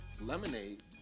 lemonade